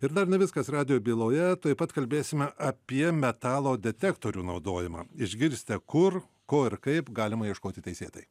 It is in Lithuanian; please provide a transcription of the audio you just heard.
ir dar ne viskas radijo byloje taip pat kalbėsime apie metalo detektorių naudojimą išgirsti kur ko ir kaip galima ieškoti teisėtai